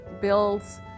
builds